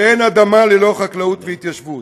ואין אדמה ללא חקלאות והתיישבות.